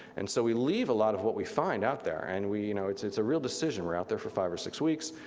and so we leave a lot of what we find out there, and we, you know it's it's a real decision. we're out there for five or six weeks,